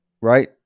right